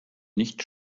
nicht